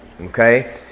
Okay